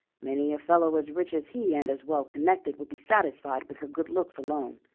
many a fellow as rich as he and as well connected would be satisfied with her good looks alone.